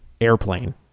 airplane